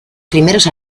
primeros